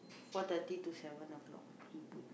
four thirty to seven o-clock he put